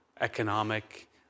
economic